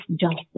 justice